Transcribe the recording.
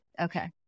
Okay